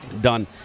Done